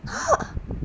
!huh!